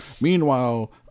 Meanwhile